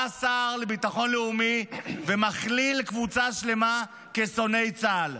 בא השר לביטחון לאומי ומכליל קבוצה שלמה כשונאי צה"ל.